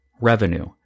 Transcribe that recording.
revenue